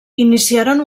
iniciaren